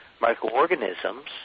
microorganisms